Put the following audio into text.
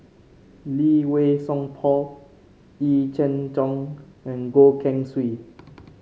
Lee Wei Song Paul Yee Jenn Jong and Goh Keng Swee